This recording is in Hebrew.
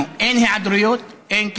אנחנו, אין היעדרויות, אין קיזוזים,